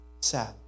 sad